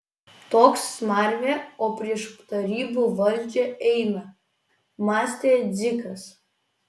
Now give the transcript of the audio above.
toks smarvė o prieš tarybų valdžią eina mąstė dzikas